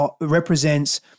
represents